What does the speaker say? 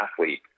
athlete